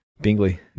Bingley